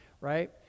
right